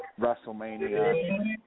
WrestleMania